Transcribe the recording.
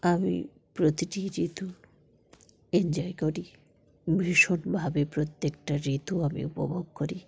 আমি প্রতিটি ঋতু এনজয় করি ভীষণভাবে প্রত্যেকটা ঋতু আমি উপভোগ করি